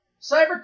Cyber